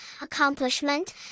accomplishment